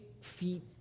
feet